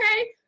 okay